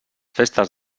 festes